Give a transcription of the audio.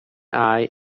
eye